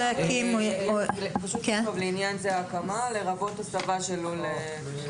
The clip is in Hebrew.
נכתוב: לעניין זה הקמה, לרבות הסבה של לול.